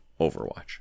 Overwatch